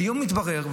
היום מתברר,